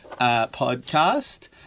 podcast